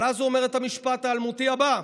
אבל אז הוא אומר את המשפט האלמותי הבא: